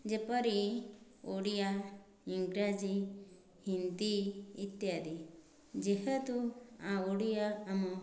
ଯେପରି ଓଡ଼ିଆ ଇଂରାଜୀ ହିନ୍ଦୀ ଇତ୍ୟାଦି ଯେହେତୁ ଓଡ଼ିଆ ଆମ